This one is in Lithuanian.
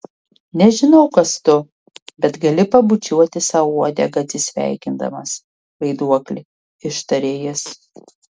nežinau kas tu bet gali pabučiuoti sau uodegą atsisveikindamas vaiduokli ištarė jis